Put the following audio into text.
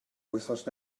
wythnos